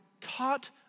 taught